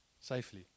Safely